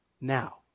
now